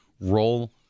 roll